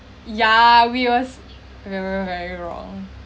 ya we was very very wrong